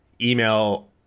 email